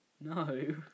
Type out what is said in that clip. No